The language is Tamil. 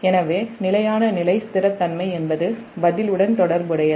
எனவே நிலையான நிலைத்தன்மை என்பது பதிலுடன் தொடர்புடையது